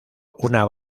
una